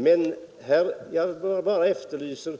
Men jag efterlyser